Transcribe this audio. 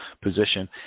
position